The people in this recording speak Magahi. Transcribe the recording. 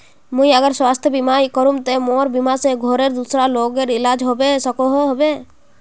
मुई अगर स्वास्थ्य बीमा करूम ते मोर बीमा से घोरेर दूसरा लोगेर इलाज होबे सकोहो होबे?